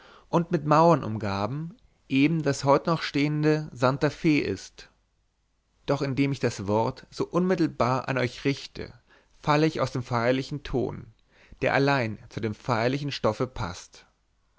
und mit mauern umgaben eben das heute noch stehende santa f ist doch indem ich das wort so unmittelbar an euch richte falle ich aus dem feierlichen ton der allein sich zu dem feierlichen stoffe paßt